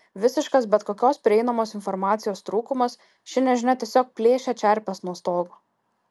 visiškas bet kokios prieinamos informacijos trūkumas ši nežinia tiesiog plėšia čerpes nuo stogo